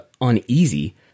uneasy